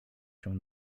się